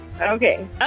Okay